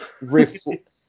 reflect